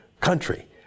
country